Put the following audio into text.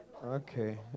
Okay